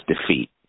defeat